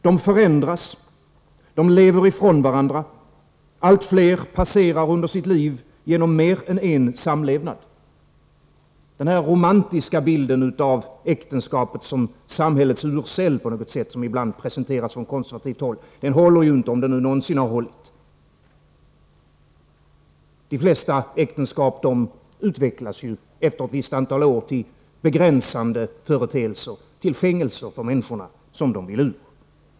De förändras, de lever ifrån varandra, allt fler passerar under sitt liv genom mer än i en samlevnad. Den romantiska bild som man ibland presenterar från den konservativa kanten, av äktenskapet som något slags samhällets urcell, håller inte — frågan är om den någonsin hållit. De flesta äktenskap utvecklas efter ett antal år till begränsande företeelser, till fängelser som människorna vill bli fria från.